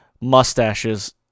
mustaches